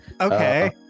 Okay